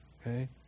Okay